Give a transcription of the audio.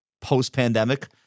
post-pandemic